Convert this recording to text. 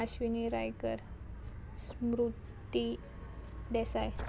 Ashwini Raikar Smriti Desai